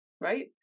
right